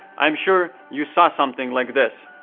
i'm sure you saw something like this.